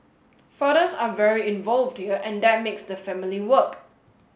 fathers are very involved here and that makes the family work